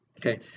okay